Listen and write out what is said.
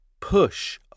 push